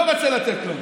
לא רצה לתת כלום.